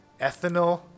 ethanol